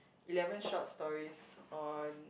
eleven short stories on